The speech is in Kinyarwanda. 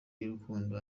y’urukundo